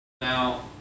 Now